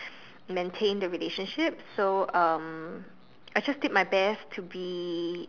maintain the relationship so um I just did my best to be